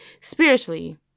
spiritually